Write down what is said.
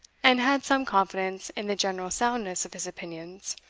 and had some confidence in the general soundness of his opinions.